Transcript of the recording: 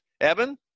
Evan